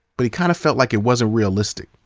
but he kind of felt like it wasn't realistic.